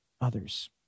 others